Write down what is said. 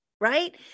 Right